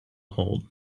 hold